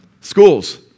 schools